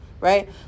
Right